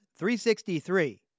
363